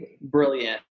brilliant